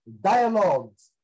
dialogues